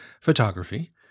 photography